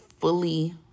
fully